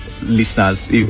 listeners